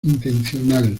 intencional